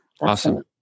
Awesome